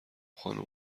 خانوم